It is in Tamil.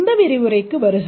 இந்த விரிவுரைக்கு வருக